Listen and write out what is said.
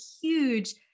huge